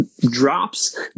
drops